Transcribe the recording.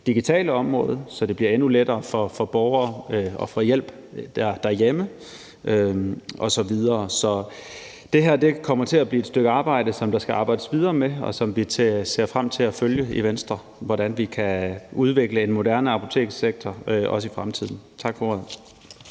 digitale område, så det bliver endnu lettere for borgere at få hjælp derhjemme osv. Så det her kommer til at blive et stykke arbejde, som der skal arbejdes videre med, og som vi ser frem til at følge i Venstre, altså det arbejde om, hvordan vi kan udvikle en moderne apotekssektor i fremtiden. Tak for